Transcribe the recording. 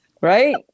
Right